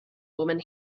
woman